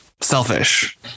selfish